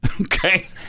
Okay